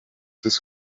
his